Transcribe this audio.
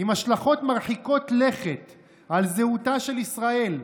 עם השלכות מרחיקות לכת על זהותה של ישראל,